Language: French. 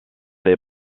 les